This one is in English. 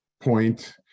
point